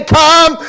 come